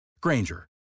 Granger